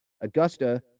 Augusta